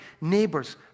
neighbors